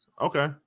Okay